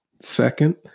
Second